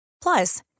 Plus